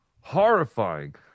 Horrifying